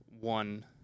one